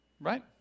Right